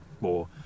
more